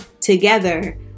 together